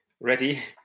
ready